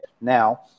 Now